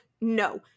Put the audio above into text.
No